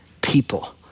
people